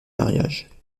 mariages